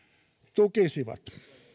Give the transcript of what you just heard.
tukisivat